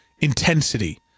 intensity